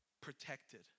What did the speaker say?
Protected